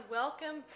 welcome